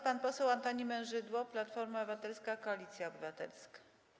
Pan poseł Antoni Mężydło, Platforma Obywatelska - Koalicja Obywatelska.